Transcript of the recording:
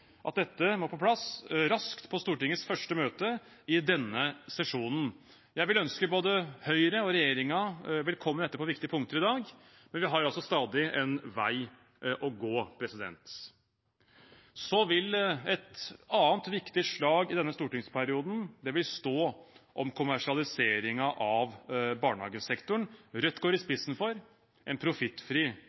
at dette må på plass raskt på Stortingets første møte i denne sesjonen. Jeg vil ønske både Høyre og regjeringen velkommen etter på viktige punkter i dag, men vi har stadig en vei å gå. Så vil et annet viktig slag i denne stortingsperioden stå om kommersialiseringen av barnehagesektoren. Rødt går i spissen for en profittfri